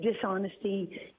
dishonesty